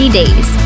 days